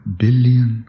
billion